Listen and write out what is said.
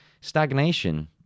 Stagnation